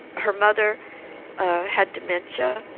her mother had dementia.